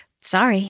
Sorry